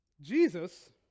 Jesus